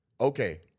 okay